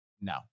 no